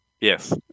yes